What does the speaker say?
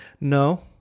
No